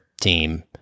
team